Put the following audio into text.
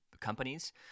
companies